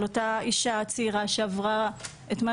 על אותה אישה צעירה שעברה את מה